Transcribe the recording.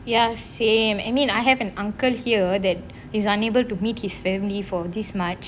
ya same I mean I have an uncle here that is unable to meet his family from this march